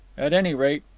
at any rate,